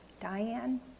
Diane